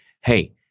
hey